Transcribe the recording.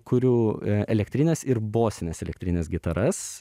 kuriu elektrines ir bosines elektrines gitaras